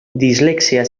dislexia